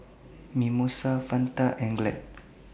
Mimosa Fanta and Glad